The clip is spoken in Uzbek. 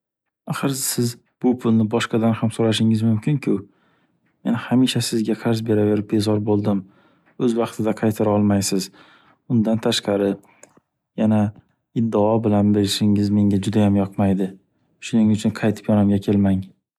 Axir siz bu pulni boshqadan ham so’rashingiz mumkinku. Men hamisha sizga qarz beraverib bezor bo’ldim. O’z vaqtida qaytara olmaysiz. Undan tashqari yana iddao bilan berishingiz menga judayam yoqmaydi. Shuning uchun qaytib yonimga kelmang.